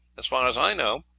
as far as i know,